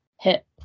hit